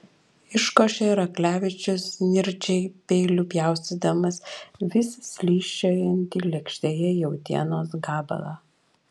iškošė raklevičius nirčiai peiliu pjaustydamas vis slysčiojantį lėkštėje jautienos gabalą